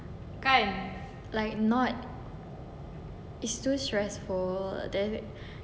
like not it's too stressful then